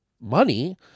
money